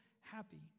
happy